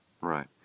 right